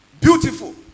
beautiful